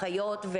אחיות,